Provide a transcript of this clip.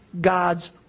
God's